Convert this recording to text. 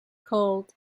called